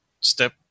step